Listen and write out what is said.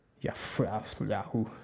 Yahoo